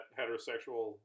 heterosexual